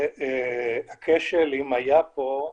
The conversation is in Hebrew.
והכשל, אם היה פה,